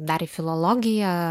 dar į filologiją